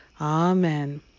Amen